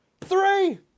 three